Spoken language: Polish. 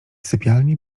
sypialni